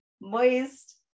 moist